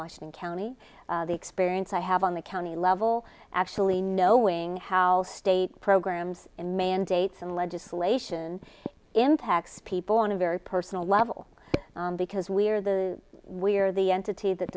washington county the experience i have on the county level actually knowing how state programs and mandates and legislation impacts people on a very personal level because we are the we are the entity that